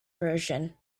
version